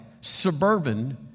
suburban